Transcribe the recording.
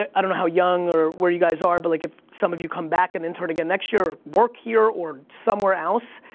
i don't know how young, or where you guys are, but like, if some of you come back and intern again next year work here or somewhere else,